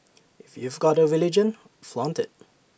if you've got A religion flaunt IT